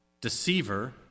deceiver